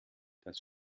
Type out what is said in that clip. das